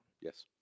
Yes